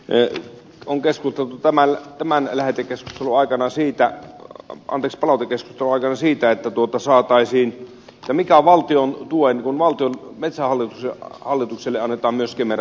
ensinnäkin se että on keskusteltu tämän palautekeskustelun aikana siitä on displaces road on siitä mikä on valtion tuki kun metsähallitukselle annetaan myös kemera tukea